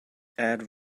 add